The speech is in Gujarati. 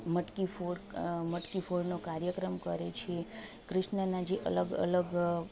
મટકી ફોડ મટકી ફોડનો કાર્યક્રમ કરે છે ક્રિશ્નના જે અલગ અલગ